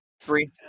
Three